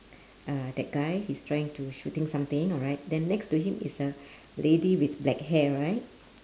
uh that guy he is trying to shooting something alright then next to him is a lady with black hair right